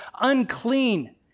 unclean